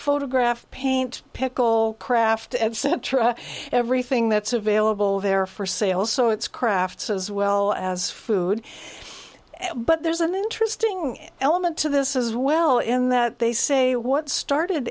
photograph paint pickle craft etc everything that's available there for sale so it's crafts as well as food but there's an interesting element to this is well in that they say what started